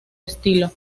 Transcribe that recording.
estilo